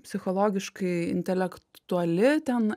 psichologiškai intelektuali ten